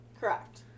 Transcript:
Correct